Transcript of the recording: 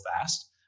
fast